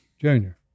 Junior